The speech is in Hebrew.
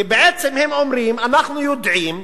כי בעצם הם אומרים: אנחנו יודעים,